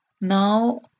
Now